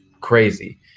crazy